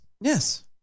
Yes